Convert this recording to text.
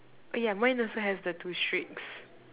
oh yeah mine also have the two streaks